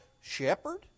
shepherd